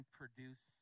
produce